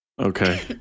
Okay